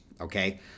okay